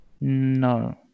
No